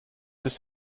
des